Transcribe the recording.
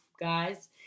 guys